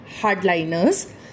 hardliners